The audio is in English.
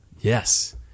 Yes